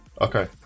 Okay